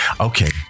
okay